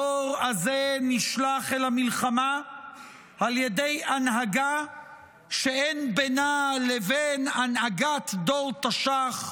הדור הזה נשלח אל המלחמה על ידי הנהגה שאין בינה לבין הנהגת דור תש"ח,